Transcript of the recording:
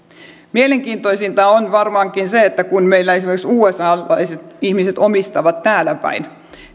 mielenkiintoisinta on varmaankin se että kun meillä esimerkiksi usalaiset ihmiset omistavat täällä päin